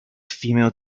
female